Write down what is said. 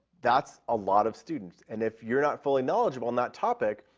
that's a lot of students. and if you're not fully knowledgeable on that topic,